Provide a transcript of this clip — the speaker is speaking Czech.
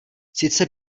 sice